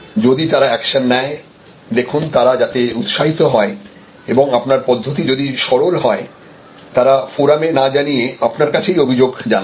যদি তারা অ্যাকশন নেয় দেখুন তারা যাতে উৎসাহিত হয় এবং আপনার পদ্ধতি যদি সরল হয় তারা ফোরামে না জানিয়ে আপনার কাছেই অভিযোগ জানাবে